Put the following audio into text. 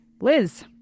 Liz